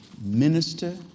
minister